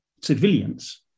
civilians